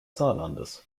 saarlandes